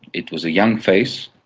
it was a young face,